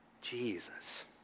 Jesus